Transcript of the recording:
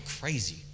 crazy